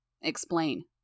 Explain